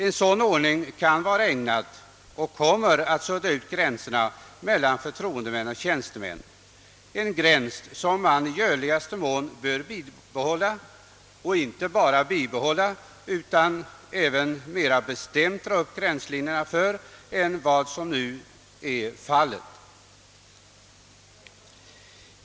En motsatt ordning kan komma att sudda ut gränsen mellan förtroendemän och tjänstemän, en gräns som man i görligaste mån bör inte bara bibehålla utan även markera mera bestämt än vad som nu är fallet.